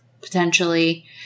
potentially